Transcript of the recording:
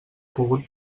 pogut